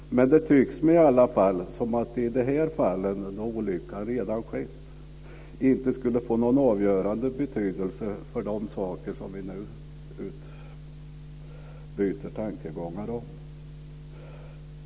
Men det tycks mig i alla fall som om det i de här fallen, när olyckan redan har skett, inte skulle få någon avgörande betydelse för de saker som vi nu utbyter tankar om.